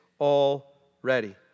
already